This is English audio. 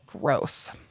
Gross